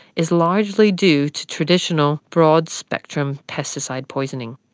is largely due to traditional, broad-spectrum pesticide poisoning.